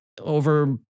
over